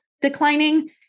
declining